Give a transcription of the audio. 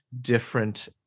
different